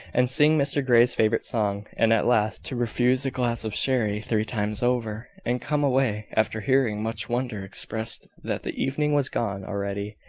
and sing mr grey's favourite song and at last, to refuse a glass of sherry three times over, and come away, after hearing much wonder expressed that the evening was gone already.